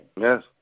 Yes